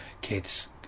kids